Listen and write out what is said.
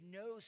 no